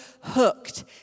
hooked